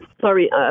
Sorry